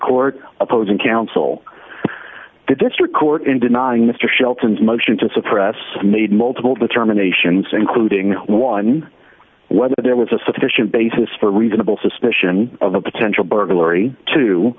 court opposing counsel the district court in denying mr shelton's motion to suppress made multiple determinations including one whether there was a sufficient basis for reasonable suspicion of a potential burglary to